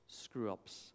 screw-ups